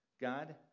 God